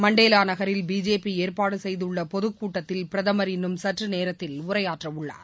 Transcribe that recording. Mandela நகரில் BJP ஏற்பாடு செய்துள்ள பொதுக்கூட்டத்தில் பிரதமா் இன்னும் சற்று நேரத்தில் உரையாற்ற உள்ளார்